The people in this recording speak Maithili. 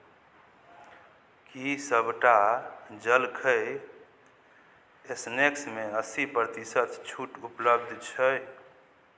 की सभटा जलखइ एस्नैक्समे अस्सी प्रतिशत छूट उपलब्ध छै